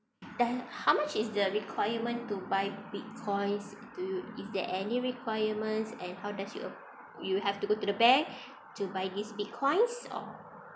then how much is the requirement to buy Bitcoins do you is there any requirements and how does you you have to go to the bank to buy these Bitcoins or